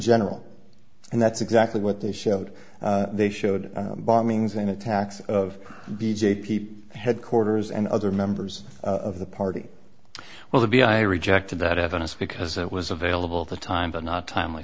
general and that's exactly what they showed they showed bombings and attacks of b j p p headquarters and other members of the party well to be i rejected that evidence because it was available to time but not timely